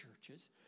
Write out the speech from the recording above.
churches